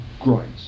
great